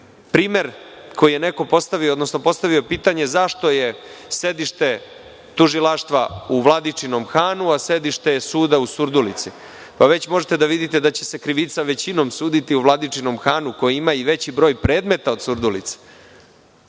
Primer, koji je neko postavio, odnosno postavio pitanje – zašto je sedište tužilaštva u Vladičinom Hanu, a sedište suda u Surdulici? Pa već možete da vidite da će se krivica većinom suditi u Vladičinom Hanu, koji ima i veći broj predmeta od Surdulice,